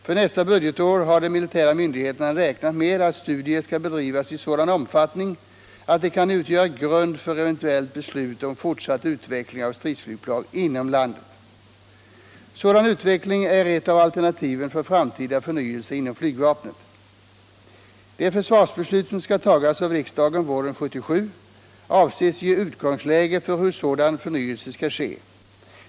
För nästa budgetår har de militära myndigheterna räknat med att studier skall bedrivas i sådan omfattning att de kan utgöra grund för eventuellt beslut om fortsatt utveckling av stridsflygplan inom landet. Sådan utveckling är ett av alternativen för framtida förnyelse inom flygvapnet. Det försvarsbeslut som skall tagas av riksdagen våren 1977 avses ge utgångsläge för hur sådan förnyelse skall ske.